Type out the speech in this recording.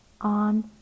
on